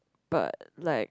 but like